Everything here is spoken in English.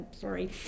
sorry